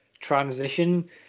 transition